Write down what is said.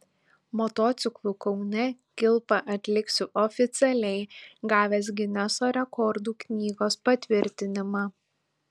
motociklu kaune kilpą atliksiu oficialiai gavęs gineso rekordų knygos patvirtinimą